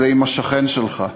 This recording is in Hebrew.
זה עם השכן שלך.